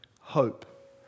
Hope